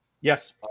Yes